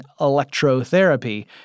electrotherapy